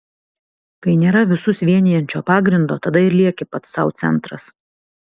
kai nėra visus vienijančio pagrindo tada ir lieki pats sau centras